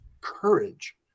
courage